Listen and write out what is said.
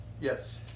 Yes